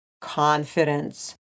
confidence